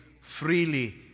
freely